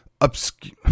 obscure